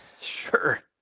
Sure